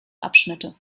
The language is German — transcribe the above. abschnitte